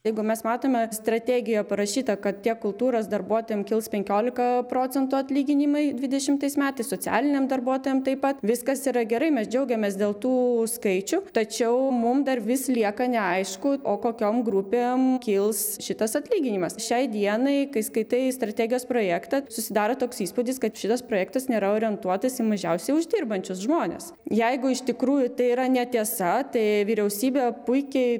jeigu mes matome strategija parašyta kad tiek kultūros darbuotojams kils penkiolika procentų atlyginimai dvidešimais metais socialiniam darbuotojam taip pat viskas yra gerai mes džiaugiamės dėl tų skaičių tačiau mum dar vis lieka neaišku o kokiom grupėm kils šitas atlyginimas šiai dienai kai skaitai strategijos projektą susidaro toks įspūdis kad šitas projektas nėra orientuotas į mažiausiai uždirbančius žmones jeigu iš tikrųjų tai yra netiesa tai vyriausybė puikiai